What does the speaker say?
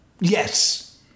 Yes